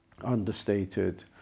understated